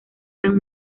san